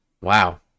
Wow